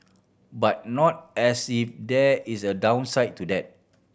but not as if there is a downside to that